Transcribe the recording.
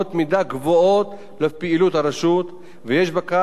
ויש בכך כדי לתת מענה גם לכמה מההערות של